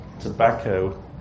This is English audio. tobacco